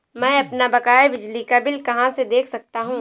मैं अपना बकाया बिजली का बिल कहाँ से देख सकता हूँ?